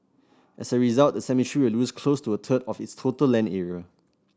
as a result the cemetery will lose close to a third of its total land area